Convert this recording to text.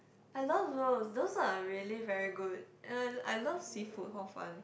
I love those those are really very good and I love seafood hor fun